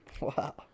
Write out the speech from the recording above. wow